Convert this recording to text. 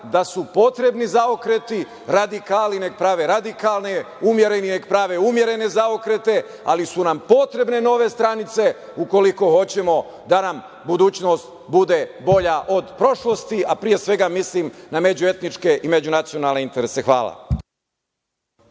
da su potrebni zaokreti. Radikali neka prave radikalne, umereni neka prave umerene zaokrete, ali su nam potrebne nove stranice, ukoliko hoćemo da nam budućnost bude bolja od prošlosti, a pre svega mislim na međuetničke i međunacionalne interese. Hvala.